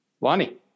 Lonnie